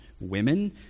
Women